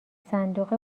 صندوق